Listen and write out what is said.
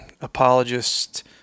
apologist